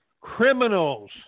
criminals